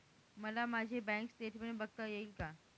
मला माझे bank statement बघता येईल का?